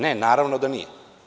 Ne, naravno da nije.